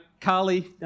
Carly